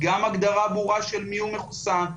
גם הגדרה ברורה של מיהו מחוסן,